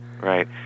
right